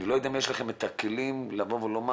אני לא יודע אם יש לכם את הכלים לבוא לזה,